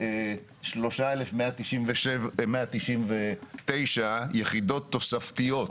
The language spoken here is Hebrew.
יש 43,199 יחידות תוספתיות.